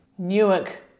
Newark